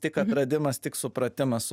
tik atradimas tik supratimas